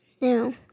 No